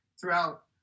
throughout